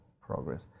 progress